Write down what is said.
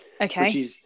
Okay